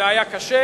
זה היה קשה,